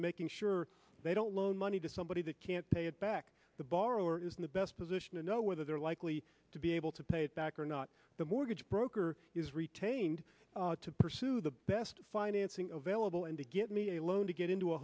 in making sure they don't loan money to somebody that can't pay it back the borrower is in the best position to know whether they're likely to be able to pay it back or not the mortgage broker is retained to pursue the best financing available and to give me a loan to get into a